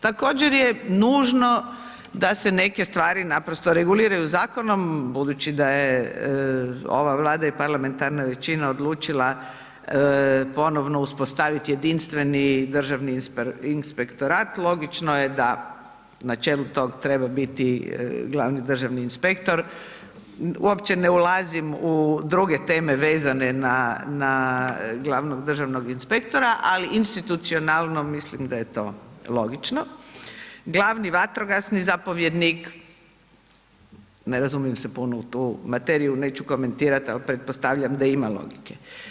Također je nužno da se neke stvari naprosto reguliraju zakonom, budući da je ova Vlada i parlamentarna većina odlučila ponovno uspostavit jedinstveni Državni inspektorat, logično je da na čelu tog treba biti glavni državni inspektor, uopće ne ulazim u druge teme vezane na glavnog državnog inspektora, ali institucionalno mislim da je to logično, glavni vatrogasni zapovjednik, ne razumijem se puno u tu materiju, neću komentirat, al pretpostavljam da ima logike.